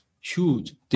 huge